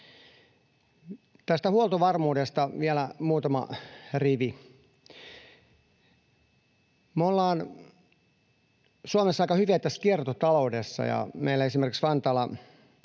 huoltovarmuudesta vielä muutama rivi: Me ollaan Suomessa aika hyviä tässä kiertotaloudessa. Esimerkiksi meillä Vantaalla